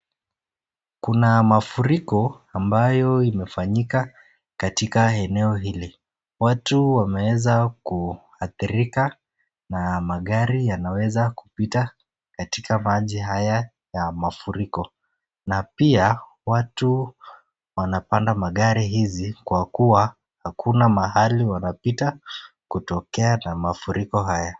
Kuna mafuriko ambayo imefanyika katika eneo hili. Watu wameeza kuadhirika na magari yanaweza kupita katika maji haya ya mafuriko na pia watu wanapanda magari hizi kwa kuwa hakuna mahali wanapita kutokea na mafuriko haya.